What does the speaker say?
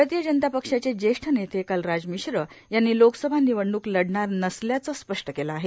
भारतीय जनता पक्षाचे ज्येष्ठ नेते कलराज मिश्र यांनी लोकसभा निवडणूक लढणार नसल्याचं स्पष्ट केलं आहे